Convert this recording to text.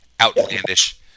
outlandish